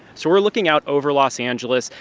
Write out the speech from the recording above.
so we're looking out over los angeles.